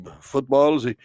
footballs